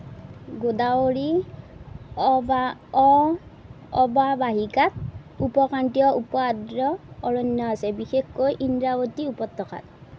গোদাৱৰী অৱা অ অৱাবাহিকাত উপ ক্ৰান্তীয় উপ আৰ্দ্ৰ অৰণ্য আছে বিশেষকৈ ইন্দ্ৰাৱতী উপত্যকাত